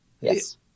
Yes